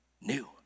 new